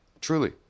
Truly